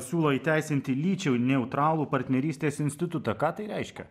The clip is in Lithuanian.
siūlo įteisinti lyčiai neutralų partnerystės institutą ką tai reiškia